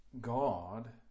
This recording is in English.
God